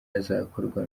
azakorwa